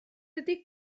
ydy